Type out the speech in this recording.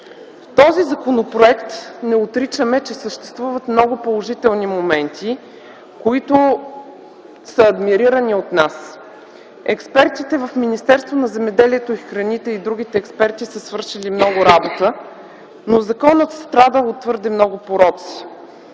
този законопроект съществуват много положителни моменти, които са адмирирани от нас. Експерти от Министерството на земеделието и горите и други експерти са свършили много работа, но законът страда от твърде много пороци,